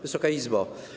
Wysoka Izbo!